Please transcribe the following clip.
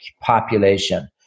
population